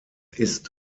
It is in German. ist